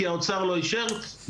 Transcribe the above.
כי האוצר לא אישר,